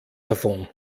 davon